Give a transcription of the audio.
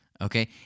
Okay